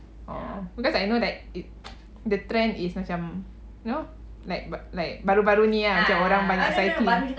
oh because I know that it the trend is macam you know like bu~ like baru-baru ni ah orang baru nak cycling